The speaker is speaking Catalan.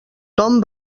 tom